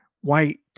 white